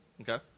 okay